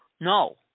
No